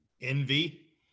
Envy